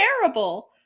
terrible